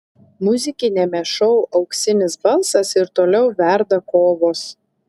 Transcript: muzikiniame šou auksinis balsas ir toliau verda kovos